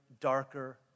darker